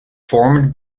formed